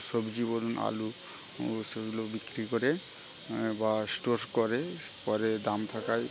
সবজি বলুন আলু ওসবগুলো বিক্রি করে বা স্টোর করে পরে দাম থাকায়